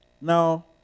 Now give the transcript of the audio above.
Now